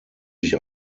sich